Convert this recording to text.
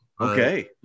okay